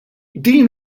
din